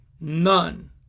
None